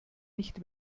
nicht